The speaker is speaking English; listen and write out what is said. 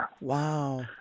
Wow